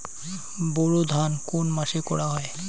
বোরো ধান কোন মাসে করা হয়?